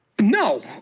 No